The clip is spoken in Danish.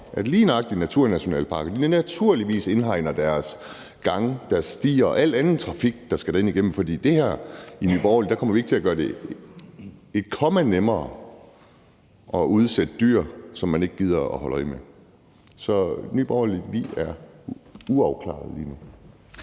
at lige nøjagtig naturnationalparkerne naturligvis indhegner deres gange og stier og alle andre steder, hvor der kan være trafik, der skal igennem, for i Nye Borgerlige kommer vi ikke til at gøre det et komma nemmere at udsætte dyr, som man ikke gider at holde øje med. Så i Nye Borgerlige er vi uafklarede lige nu.